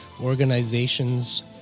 organizations